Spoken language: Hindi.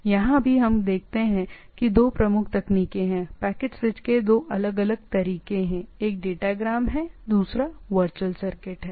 तो फिर यहाँ भी हम देखते हैं कि दो प्रमुख तकनीकें हैं या पैकेट स्विच के दो अलग अलग तरीके हैं एक डेटाग्राम है दूसरा वर्चुअल सर्किट है